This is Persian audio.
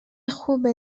خوبه